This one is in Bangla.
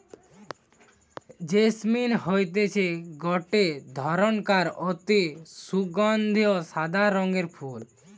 জেসমিন হতিছে গটে ধরণকার অতি সুগন্ধি সাদা রঙের ফুল